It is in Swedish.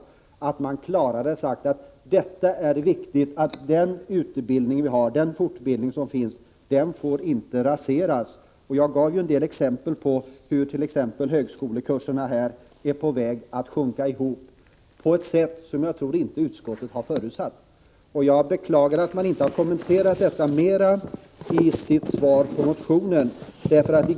Man borde klarare ha sagt att det är viktigt att den fortbildning som finns inte får raseras. Jag gav ju en del exempel på hur kurserna på högskoleorterna är på väg att minskas på ett sätt som jag inte tror att utskottet har förutsatt. Jag beklagar att utbildningsutskottet inte har kommenterat detta mera i sitt svar på motionen.